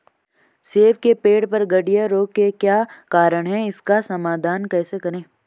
सेब के पेड़ पर गढ़िया रोग के क्या कारण हैं इसका समाधान कैसे करें?